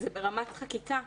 זה ברמת החקיקה.